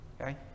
Okay